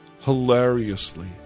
hilariously